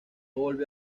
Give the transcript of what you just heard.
volvió